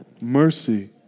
mercy